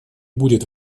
будет